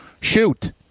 Shoot